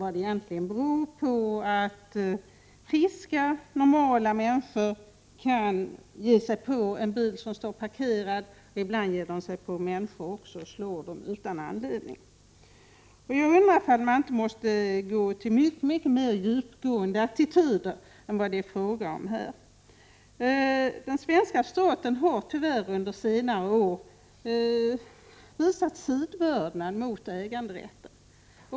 Vad beror det egentligen på att friska, normala människor kan ge sig på en bil som står parkerad? Ibland ger de sig på människor också och slår dem utan anledning. Jag undrar om man inte måste gå på mera djupgående attityder. Den svenska staten har under senare år ofta visat sidvördnad mot äganderätten.